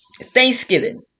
Thanksgiving